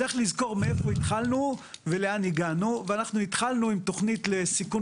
צריך לזכור מאיפה התחלנו ולאן הגענו ואנחנו התחלנו עם תוכנית לסיכון